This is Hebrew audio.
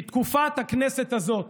בתקופת הכנסת הזאת